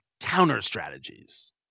counter-strategies